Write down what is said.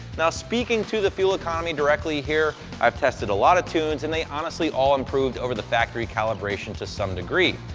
now speaking to the fuel economy directly here, i've tested a lot of tunes, and they honestly all improved over the factory calibration to some degree.